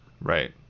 Right